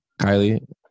Kylie